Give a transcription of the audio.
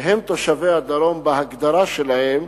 שהם תושבי הדרום בהגדרה שלהם,